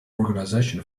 organization